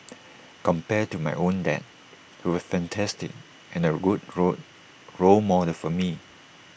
compared to my own dad he was fantastic and A good role role model for me